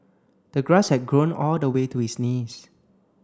the grass had grown all the way to his knees